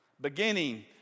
beginning